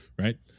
right